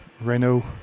Renault